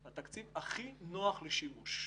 התקציב הכי נוח לשימוש.